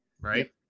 right